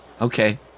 Okay